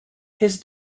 his